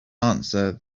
answer